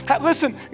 Listen